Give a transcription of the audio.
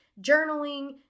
journaling